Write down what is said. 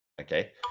Okay